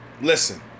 Listen